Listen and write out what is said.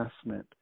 assessment